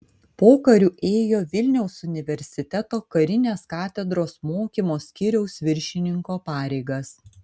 pokariu ėjo vilniaus universiteto karinės katedros mokymo skyriaus viršininko pareigas